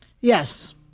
Yes